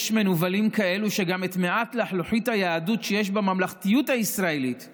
יש מנוולים כאלה שגם את מעט לחלוחית היהדות שיש בממלכתיות הישראלית הם